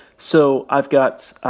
so i've got